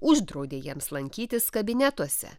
uždraudė jiems lankytis kabinetuose